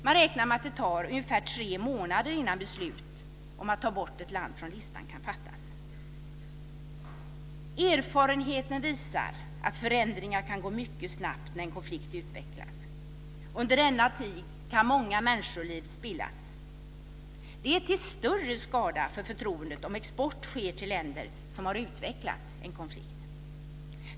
Man räknar med att det tar ungefär tre månader innan beslut om att ta bort ett land från listan kan fattas. Erfarenheten visar att förändringar kan ske mycket snabbt när en konflikt utvecklas. Under denna tid kan många människoliv spillas. Det är till större skada för förtroendet om export sker till länder som har utvecklat en konflikt.